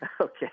Okay